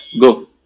go